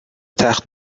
تخت